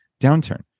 downturn